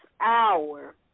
hour